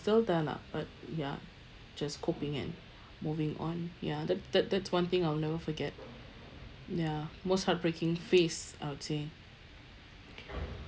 still there lah but ya just coping and moving on ya that that that's one thing I'll never forget ya most heartbreaking phase I would say